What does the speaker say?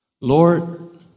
Lord